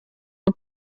und